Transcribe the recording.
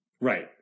right